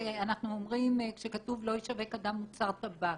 כאשר כתוב: לא ישווק אדם מוצר טבק.